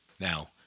Now